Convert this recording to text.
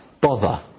bother